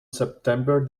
september